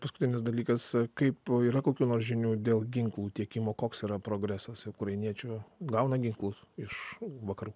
paskutinis dalykas kaip yra kokių nors žinių dėl ginklų tiekimo koks yra progresas ukrainiečių gauna ginklus iš vakarų